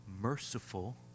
merciful